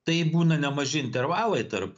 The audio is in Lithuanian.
tai būna nemaži intervalai tarp